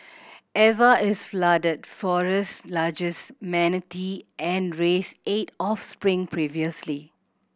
Eva is Flooded Forest's largest manatee and raised eight offspring previously